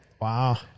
Wow